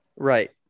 Right